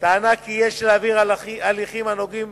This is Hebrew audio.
טענה כי יש להעביר את ההליכים הנוגעים